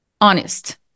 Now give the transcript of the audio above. honest